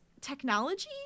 technology